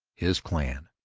his clan.